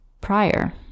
prior